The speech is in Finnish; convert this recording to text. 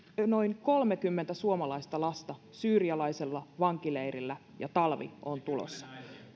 noin kolmekymmentä suomalaista lasta syyrialaisella vankileirillä ja talvi on tulossa